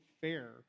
fair